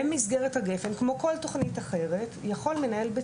במסגרת הגפ"ן כמו כל תוכנית אחרת יכול מנהל בית